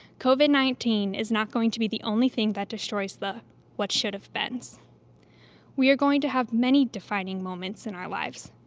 covid nineteen is not going to be the only thing that destroys the what-should-of-beens. we are going to have many defining moments in our lives,